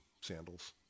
sandals